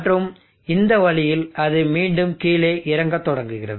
மற்றும் இந்த வழியில் அது மீண்டும் கீழே இறங்கத் தொடங்குகிறது